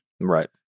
Right